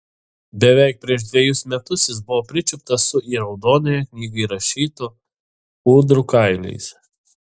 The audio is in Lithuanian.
beveik prieš dvejus metus jis buvo pričiuptas su į raudonąją knygą įrašytų ūdrų kailiais